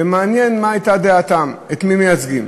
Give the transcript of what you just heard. ומעניין מה הייתה דעתם, את מי הם מייצגים.